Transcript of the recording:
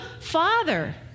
father